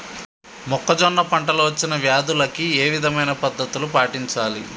మొక్కజొన్న పంట లో వచ్చిన వ్యాధులకి ఏ విధమైన పద్ధతులు పాటించాలి?